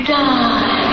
die